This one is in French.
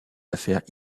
affaires